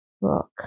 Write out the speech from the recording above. Rock